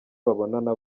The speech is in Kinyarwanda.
babonana